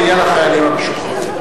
לעניין החיילים המשוחררים.